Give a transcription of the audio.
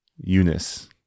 eunice